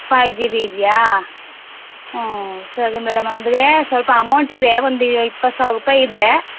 five G B ಇದೆಯಾ ಊಂ ಸರಿ ಮೇಡಮ್ ಅಂದ್ರೆ ಸ್ವಲ್ಪ ಅಮೌಂಟಿದೆ ಒಂದು ಇಪ್ಪತ್ತು ಸಾವಿರ ರೂಪಾಯಿ ಇದೆ